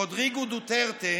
רודריגו דוטרטה,